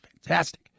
Fantastic